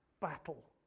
battle